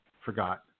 Forgot